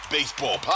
Baseball